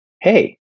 hey